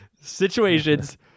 situations